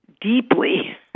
deeply